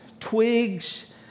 twigs